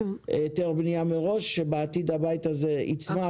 היתר בנייה מראש שבעתיד הבית הזה יצמח.